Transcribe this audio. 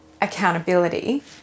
accountability